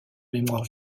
mémoire